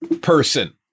person